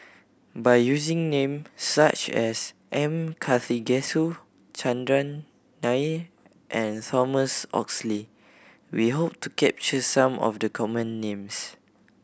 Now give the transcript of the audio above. by using name such as M Karthigesu Chandran Nair and Thomas Oxley we hope to capture some of the common names